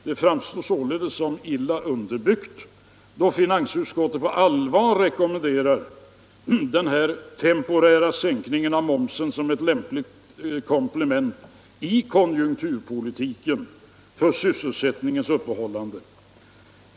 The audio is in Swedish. Det framstår således som illa underbyggt då finansutskottet på allvar rekommenderar en temporär sänkning av momsen som ett lämpligt komplement i konjunkturpolitiken för sysselsättningens uppehållande.